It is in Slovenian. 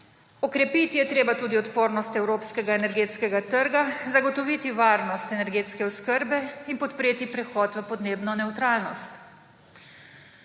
Okrepiti je treba tudi odpornost evropskega energetskega trga, zagotoviti varnost energetske oskrbe in podpreti prehod v podnebno nevtralnost.